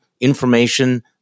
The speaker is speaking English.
information